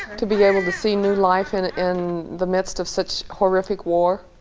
to be able to see new life and in the midst of such horrific war